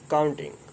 Counting